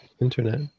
internet